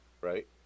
Right